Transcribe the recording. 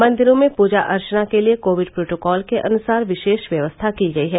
मंदिरों में पूजा अर्चना के लिये कोविड प्रोटोकॉल के अनुसार विशेष व्यवस्था की गई है